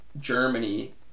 Germany